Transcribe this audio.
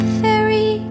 fairy